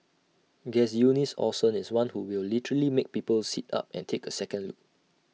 Guess Eunice Olsen is one who will literally make people sit up and take A second look